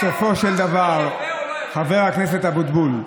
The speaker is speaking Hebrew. בסופו של דבר, חבר הכנסת אבוטבול,